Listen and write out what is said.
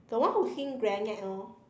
the one who sing grenade orh